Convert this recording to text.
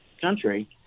country